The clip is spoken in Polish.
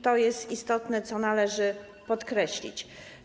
To jest istotne i to należy podkreślić.